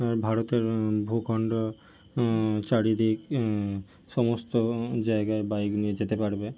আর ভারতের ভূখণ্ড চারিদিক সমস্ত জায়গায় বাইক নিয়ে যেতে পারবে